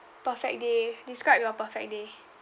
perfect day describe your perfect day